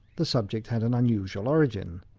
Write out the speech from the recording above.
the subject had an unusual origin.